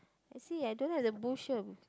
I see I don't have the bush here